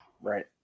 right